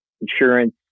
insurance